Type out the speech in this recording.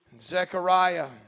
Zechariah